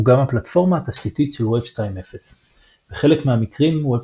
הוא גם הפלטפורמה התשתיתית של וב 2.0. בחלק מהמקרים וב